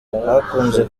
hakunze